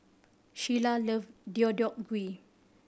Sheilah love Deodeok Gui